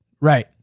Right